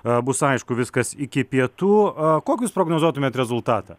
bus aišku viskas iki pietų a kokį jūs prognozuotumėt rezultatą